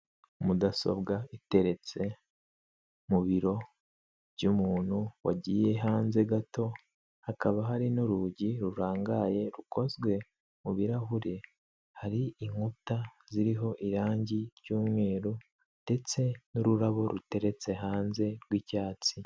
Mudasobwa iteretse mu biro by'umuntu wagiye hanze gato hakaba hari n'urugi rurangaye rukozwe mu birarahure hari inkuta ziriho irangi ry'umweru ndetse n'ururabo ruteretse hanze rw'icyatsi .